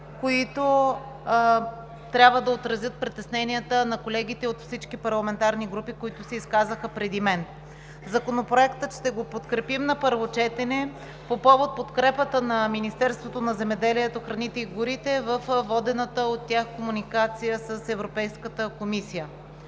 които трябва да отразят притесненията на колегите от всички парламентарни групи, изказали се преди мен. Ще подкрепим Законопроекта на първо четене по повод подкрепата на Министерството на земеделието, храните и горите във водената от тях комуникация с Европейската комисия.